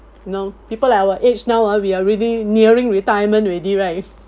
know people like our age now ah we're really nearing retirement already right